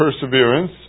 perseverance